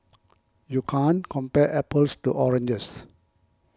you can't compare apples to oranges